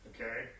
Okay